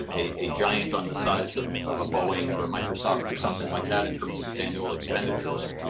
ah a giant on the size of of a boeing or a microsoft or something like that in terms of its annual expenditures.